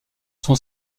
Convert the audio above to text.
son